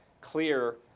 clear